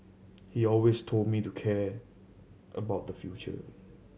he always told me to care about the future